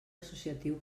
associatiu